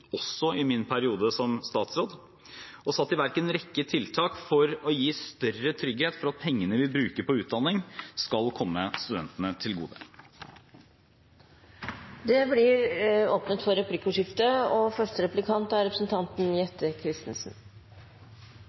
også i min periode som statsråd, og har satt i verk en rekke tiltak for å gi større trygghet for at pengene vi bruker på utdanning, skal komme studentene til gode. Det blir